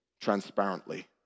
transparently